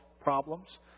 problems